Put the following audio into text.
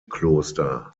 kloster